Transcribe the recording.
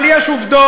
אבל יש עובדות,